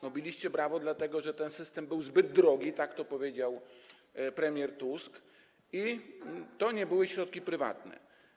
No biliście brawo, dlatego że ten system był zbyt drogi, tak powiedział premier Tusk, i to nie były środki prywatne.